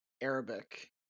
Arabic